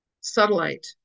satellite